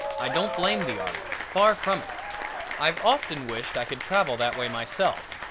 i don't blame the army, far from it i've often wished i could travel that way myself,